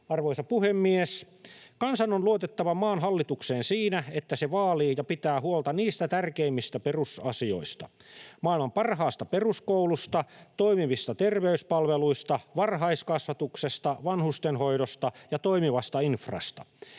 Arvoisa puhemies! Kansan on luotettava maan hallitukseen siinä, että se vaalii ja pitää huolta tärkeimmistä perusasioista: maailman parhaasta peruskoulusta, toimivista terveyspalveluista, varhaiskasvatuksesta, vanhustenhoidosta ja toimivasta infrasta.